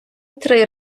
три